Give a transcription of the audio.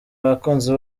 abakunzi